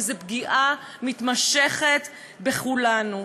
וזו פגיעה מתמשכת בכולנו.